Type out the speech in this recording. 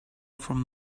from